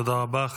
תודה רבה.